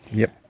yep.